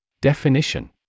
Definition